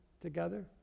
together